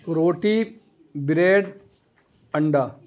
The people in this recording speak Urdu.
روٹی بریڈ انڈا